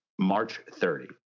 MARCH30